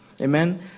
Amen